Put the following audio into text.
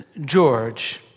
George